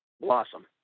blossom